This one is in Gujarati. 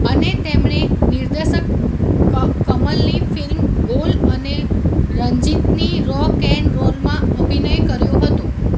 અને તેમણે નિર્દેશક ક કમલની ફિલ્મ ગોલ અને રંજીતની રોક એન્ડ રોલમાં અભિનય કર્યો હતો